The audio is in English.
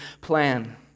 plan